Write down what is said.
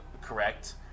correct